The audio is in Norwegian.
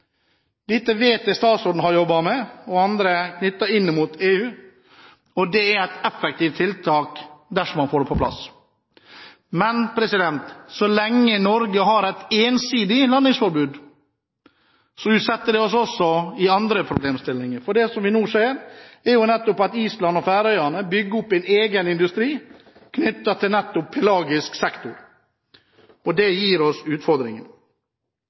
Dette vet jeg at statsråden og mange har jobbet med inn mot EU, og det er et effektivt tiltak dersom man får det på plass. Men så lenge Norge har et ensidig landingsforbud, utsetter det oss også for andre problemstillinger. Det som vi nå ser, er nettopp at Island og Færøyene bygger opp en egen industri knyttet til nettopp pelagisk sektor. Det gir oss utfordringer.